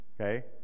Okay